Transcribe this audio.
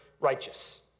righteous